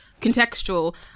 contextual